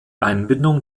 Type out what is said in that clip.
einbindung